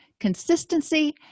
consistency